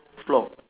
floor